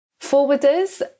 Forwarders